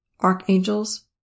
archangels